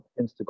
Instagram